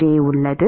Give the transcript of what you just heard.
J உள்ளது